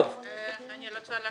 אני רוצה לענות.